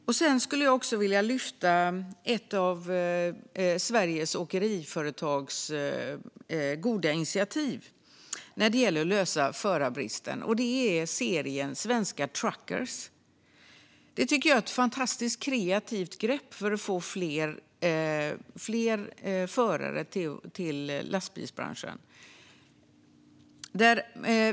Jag vill också lyfta fram ett av Sveriges Åkeriföretags goda initiativ för att lösa förarbristen. Det är tv-serien Svenska Truckers . Det är ett fantastiskt kreativt grepp för att få fler förare till lastbilsbranschen.